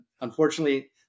unfortunately